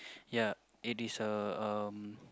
ya it is a um